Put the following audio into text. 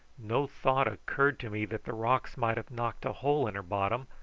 no thought occurred to me that the rocks might have knocked a hole in her bottom,